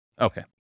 Okay